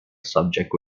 subject